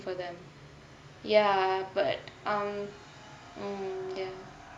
for them ya but um mm